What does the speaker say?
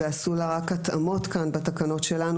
ועשו לה רק התאמות כאן בתקנות שלנו